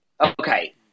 Okay